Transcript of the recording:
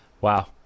Wow